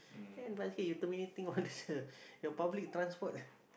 then bus keep terminating all this uh the public transport